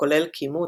הכולל כימות,